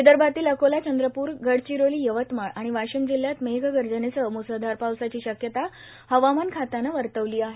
विदर्भातील अकोला चंद्रपूर गडचिरोली यवतमाळ आणि वाशीम जिल्ह्यात मेघगर्जनेसह म्सळधार पावसाची शक्यता हवामान खात्यानं वर्तवली आहे